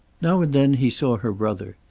now and then he saw her brother.